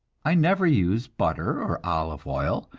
i never use butter or olive oil,